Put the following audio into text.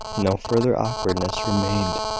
no further awkwardness remained.